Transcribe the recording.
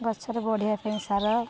ଗଛରେ ବଢ଼ିବା ପାଇଁ ସାର